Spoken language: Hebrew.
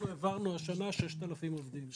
אנחנו העברנו השנה 6,000 עובדים.